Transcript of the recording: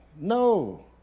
No